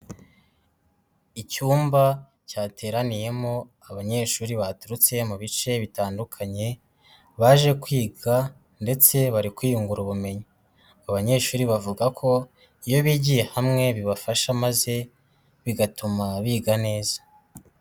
Icyumba cyateraniyemo abanyeshuri baturutse mu bice bitandukanye baje kwiga ndetse bari kwiyungura ubumenyi, abanyeshuri bavuga ko iyo bigiye hamwe bibafasha maze bigatuma biga neza.